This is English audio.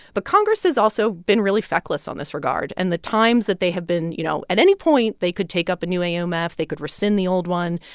but congress has also been really feckless on this regard and the times that they have been, you know at any point, they could take up a new um aumf they could rescind the old one.